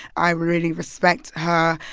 i really respect her,